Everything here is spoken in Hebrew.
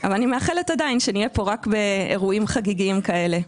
אבל אני מאחלת עדיין שנהיה פה רק באירועים חגיגיים כאלה.